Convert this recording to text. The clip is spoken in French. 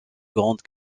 grande